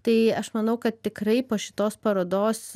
tai aš manau kad tikrai po šitos parodos